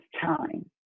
time